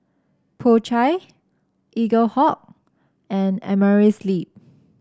Po Chai Eaglehawk and Amerisleep